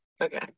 Okay